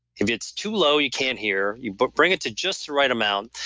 if it's too low, you can't hear, you but bring it to just the right amount,